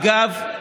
אגב,